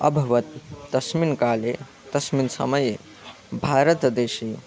अभवत् तस्मिन् काले तस्मिन् समये भारतदेशे